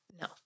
No